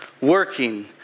working